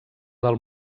del